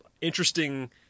interesting